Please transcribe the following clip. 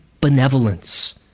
benevolence